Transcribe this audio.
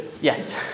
Yes